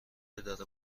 اداره